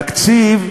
תקציב,